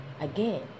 again